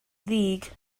ddig